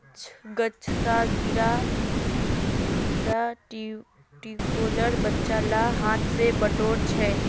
गाछ स गिरा टिकोलेक बच्चा ला हाथ स बटोर छ